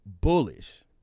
bullish